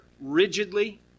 rigidly